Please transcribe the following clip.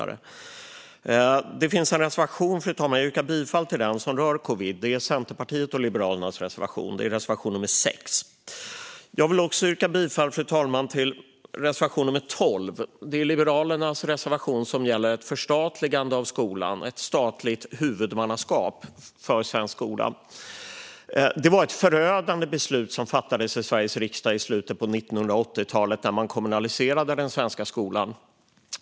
Reservation 6 från Centerpartiet och Liberalerna rör covid, fru talman, och jag yrkar bifall till den. Jag vill också yrka bifall till Liberalernas reservation 12, som gäller ett förstatligande av skolan, alltså ett statligt huvudmannaskap för svensk skola. Det var ett förödande beslut som fattades i Sveriges riksdag i slutet på 1980-talet när man kommunaliserade den svenska skolan.